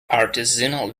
artisanal